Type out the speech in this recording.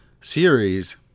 series